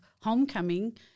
homecoming